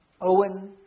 Owen